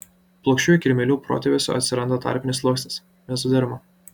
plokščiųjų kirmėlių protėviuose atsirado tarpinis sluoksnis mezoderma